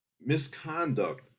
misconduct